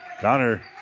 Connor